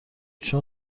چون